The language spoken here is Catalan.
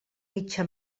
mitja